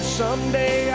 someday